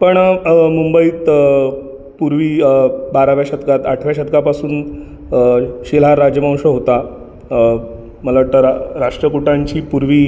पण मुंबईत पूर्वी बाराव्या शतकात आठव्या शतकापासून शिलाहार राजवंश होता मला वाटतं रा राष्ट्रकुटांची पूर्वी